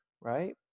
Right